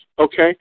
okay